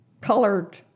colored